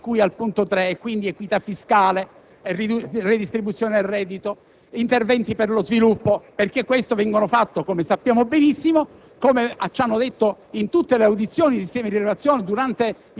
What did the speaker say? ai fini degli obiettivi di cui al punto 3, e quindi equità fiscale, redistribuzione del reddito, interventi per lo sviluppo, perché come sappiamo benissimo